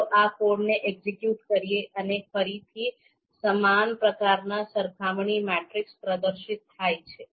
ચાલો આ કોડને એક્ઝેક્યુટ કરીએ અને ફરીથી સમાન પ્રકારનાં સરખામણી મેટ્રિક્સ પ્રદર્શિત થાય છે